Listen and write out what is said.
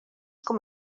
com